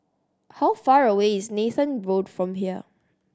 how far away is Nathan Road from here